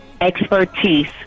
expertise